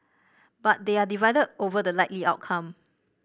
but they are divided over the likely outcome